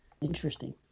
interesting